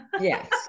Yes